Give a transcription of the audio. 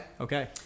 Okay